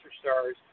stars